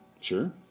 Sure